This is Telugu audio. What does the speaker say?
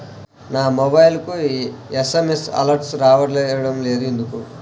నా మొబైల్కు ఎస్.ఎం.ఎస్ అలర్ట్స్ రావడం లేదు ఎందుకు?